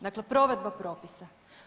Dakle, provedba propisa.